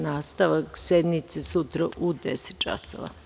Nastavak sednice je sutra u 10.00 časova.